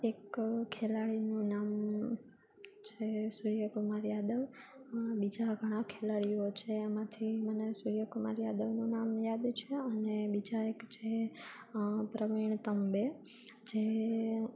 એક ખેલાડીનું નામ છે સૂર્યકુમાર યાદવ બીજા ઘણા ખેલાડીઓ છે એમાંથી મને સૂર્યકુમાર યાદવનું નામ યાદ છે અને બીજા એક છે પ્રવીણ તાંબે જે